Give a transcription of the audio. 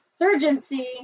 surgency